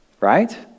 Right